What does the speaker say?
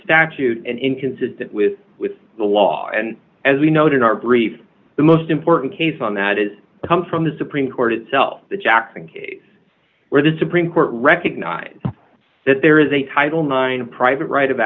statute and inconsistent with with the law and as we note in our brief the most important case on that is come from the supreme court itself the jackson case where the supreme court recognized that there is a title nine private right of